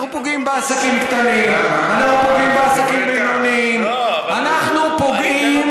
דב, דב, אנחנו פוגעים בעסקים קטנים, אנחנו פוגעים